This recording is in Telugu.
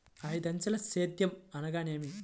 ఐదంచెల సేద్యం అనగా నేమి?